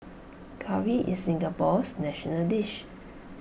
Curry is Singapore's national dish